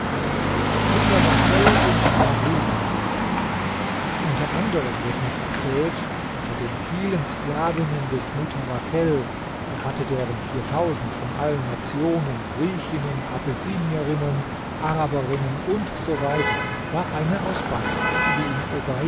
mutawakkel und mahbubah unter anderem wird noch erzählt unter den vielen sklavinnen des mutawakkel er hatte deren viertausend von allen nationen griechinnen abessinierinnen araberinnen usw war eine aus baßrah die ihm